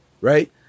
right